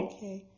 Okay